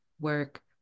work